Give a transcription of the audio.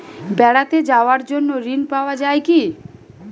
বেড়াতে যাওয়ার জন্য ঋণ পাওয়া যায় কি?